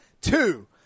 Two